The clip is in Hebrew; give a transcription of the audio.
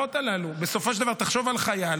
שהמערכות הללו, בסופו של דבר, תחשוב על חייל,